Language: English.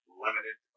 Limited